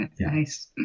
Nice